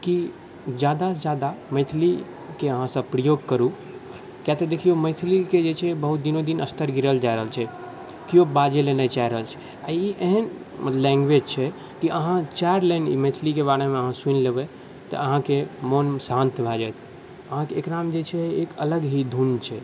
कि ज्यादासँ ज्यादा मैथिलीके अहाँसब प्रयोग करू किएक तऽ देखिऔ मैथिलीके जे छै बहुत दिनोदिन स्तर गिरल जा रहल छै किओ बाजैलए नहि चाहि रहल छै आओर ई एहन लैँग्वेज छै कि अहाँ चारि लाइन ई मैथिलीके बारेमे अहाँ सुनि लेबै तऽ अहाँके मोन शान्त भऽ जाएत अहाँक एकरामे जे छै एक अलग ही धुन छै